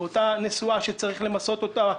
אותה נסועה שצריך למסות אותה,